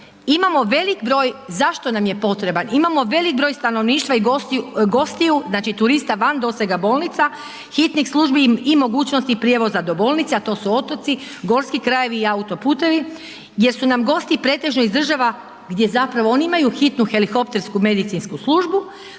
imamo velik broj stanovništva i gostiju znači turista van dosega bolnica, hitnih službi i mogućnosti prijevoza do bolnice a to su otoci, gorski krajevi i autoputevi jer su nam gosti pretežno iz država gdje zapravo oni imaju hitnu helikoptersku medicinsku službu.